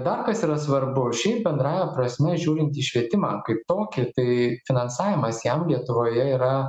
dar kas yra svarbu šiaip bendrąja prasme žiūrint į švietimą kaip tokį tai finansavimas jam lietuvoje yra